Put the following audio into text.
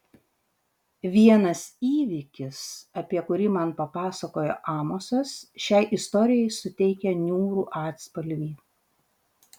vienas įvykis apie kurį man papasakojo amosas šiai istorijai suteikia niūrų atspalvį